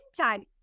time